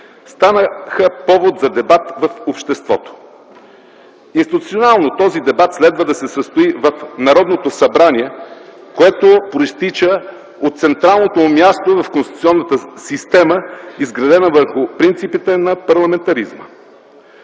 станаха повод за дебат в обществото. Институционално този дебат следва да се състои в Народното събрание, което произтича от централното му място в конституционната система, изградена върху принципите на парламентаризма.